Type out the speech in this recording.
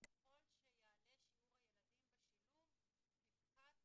שככל שיעלה שיעור הילדים בשילוב, תפחת